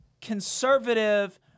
conservative